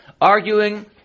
arguing